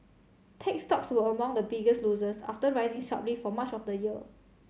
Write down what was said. tech stocks were among the biggest losers after rising sharply for much of the year